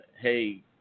hey